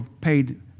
paid